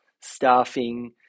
staffing